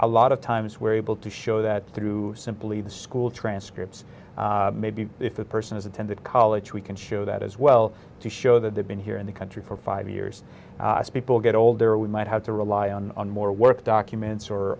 a lot of times were able to show that through simply the school transcripts maybe if that person has attended college we can show that as well to show that they've been here in the country for five years people get older we might have to rely on more work documents or